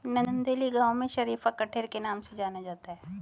नंदेली गांव में शरीफा कठेर के नाम से जाना जाता है